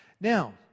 Now